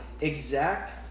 exact